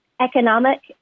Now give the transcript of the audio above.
economic